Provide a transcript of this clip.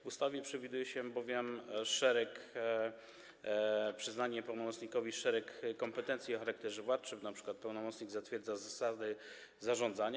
W ustawie przewiduje się bowiem przyznanie pełnomocnikowi szeregu kompetencji o charakterze władczym, np. pełnomocnik zatwierdza zasady zarządzania.